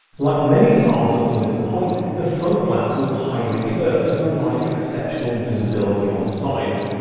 like many saab's up to this point, the front glass was highly curved to provide exceptional visibility on the sides.